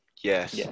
Yes